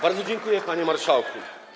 Bardzo dziękuję, panie marszałku.